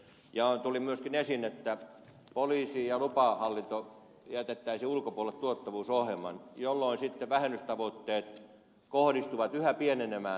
tuli myöskin esiin että poliisi ja lupahallinto jätettäisiin ulkopuolelle tuottavuusohjelman jolloin sitten vähennystavoitteet kohdistuvat yhä pienenevään henkilöstöryhmään